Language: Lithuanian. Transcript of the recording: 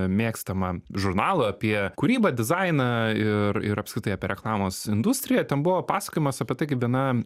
mėgstamą žurnalą apie kūrybą dizainą ir ir apskritai apie reklamos industriją ten buvo pasakojimas apie tai kaip viena